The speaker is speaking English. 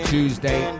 Tuesday